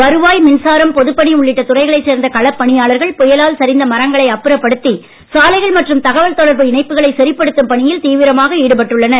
வருவாய் மின்சாரம் பொதுப்பணி உள்ளிட்ட துறைகளைச் சேர்ந்த களப் பணியாளர்கள் புயலால் சரிந்த மரங்களை அப்புறப்படுத்தி சாலைகள் மற்றும் தகவல் தொடர்பு இணைப்புகளை சரிப்படுத்தும் பணியில் தீவிரமாக ஈடுபட்டனர்